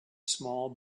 small